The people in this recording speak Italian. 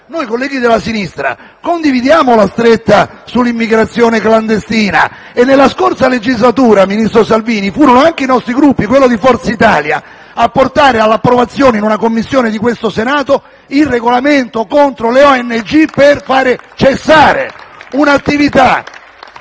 Noi, colleghi della sinistra, condividiamo la stretta sull'immigrazione clandestina e nella scorsa legislatura, ministro Salvini, furono anche i nostri Gruppi (fra cui quello di Forza Italia), a portare all'approvazione, in una Commissione di questo Senato, il regolamento contro le ONG per far cessare un'attività